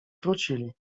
wrócili